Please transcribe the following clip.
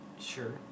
sure